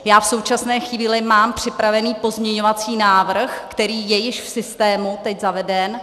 V současné chvíli mám připravený pozměňovací návrh, který je již v systému teď zaveden.